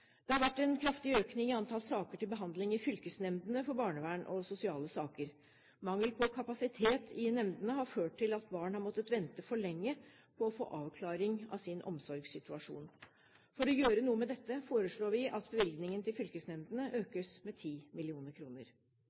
Det har vært en kraftig økning i antall saker til behandling i fylkesnemndene for barnevern og sosiale saker. Mangel på kapasitet i nemndene har ført til at barn har måttet vente for lenge på å få avklaring av sin omsorgssituasjon. For å gjøre noe med dette foreslår vi at bevilgningen til fylkesnemndene økes med